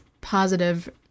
positive